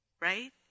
right